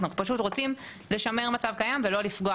אנחנו פשוט רוצים לשמר מצב קיים ולא לפגוע,